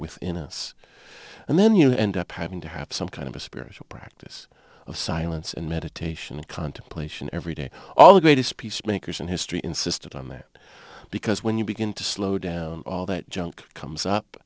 us and then you end up having to have some kind of a spiritual practice of silence and meditation and contemplation every day all the greatest peace makers in history insisted on there because when you begin to slow down all that junk comes up